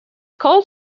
called